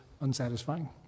unsatisfying